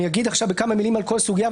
אני אגיד כמה מילים על כל סוגיה,